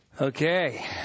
Okay